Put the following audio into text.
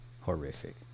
Horrific